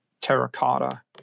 terracotta